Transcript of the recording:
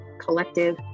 Collective